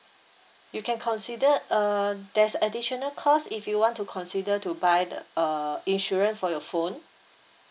you can consider uh there's additional cost if you want to consider to buy the uh insurance for your phone